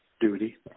duty